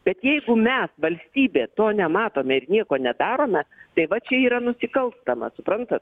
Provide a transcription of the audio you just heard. bet jeigu mes valstybė to nematome ir nieko nedarome tai va čia yra nusikalstama suprantat